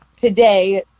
today